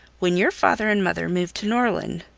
when your father and mother moved to norland,